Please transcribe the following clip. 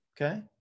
okay